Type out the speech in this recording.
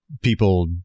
people